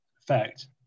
effect